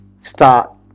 start